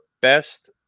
best